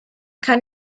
kann